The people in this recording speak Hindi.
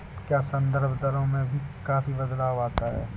क्या संदर्भ दरों में भी काफी बदलाव आता है?